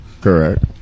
Correct